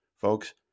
folks